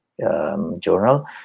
journal